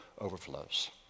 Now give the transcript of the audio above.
overflows